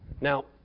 Now